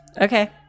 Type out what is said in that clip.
Okay